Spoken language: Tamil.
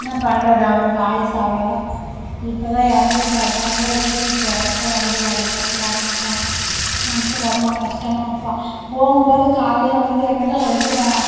என்ன பண்ணுறது அவருக்கு ஆயுசு அவ்வளோதான் இப்போதான் இறந்துட்டாரு பொங்கலுக்கு ஊருக்கு போகிறப்ப வண்டியில் அடிப்பட்டு இறந்துட்டாரு மனது ரொம்ப கஷ்டமாப்பா போகும் போது காலைல வந்து என்கிட்ட சொல்லிட்டு போனார்